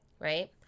Right